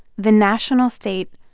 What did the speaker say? the national state,